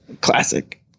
Classic